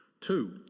Two